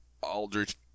Aldrich